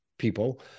people